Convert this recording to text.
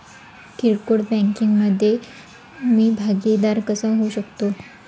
किरकोळ बँकिंग मधे मी भागीदार कसा होऊ शकतो?